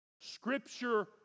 scripture